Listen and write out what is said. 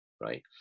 right